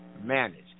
managed